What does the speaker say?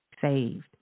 saved